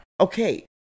Okay